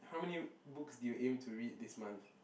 how many books do you aim to read this month